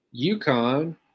UConn